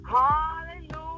Hallelujah